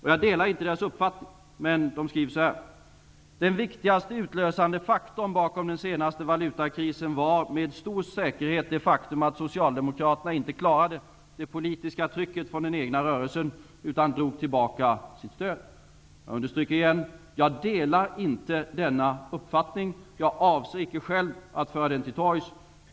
Jag delar inte tidningens uppfattning, men man skriver så här: Den viktigaste utlösande faktorn bakom den senaste valutakrisen var med stor säkerhet det faktum att Socialdemokraterna inte klarade det politiska trycket från den egna rörelsen, utan drog tillbaka sitt stöd. Jag understryker igen: Jag delar inte denna uppfattning. Jag avser icke själv att föra den till torgs.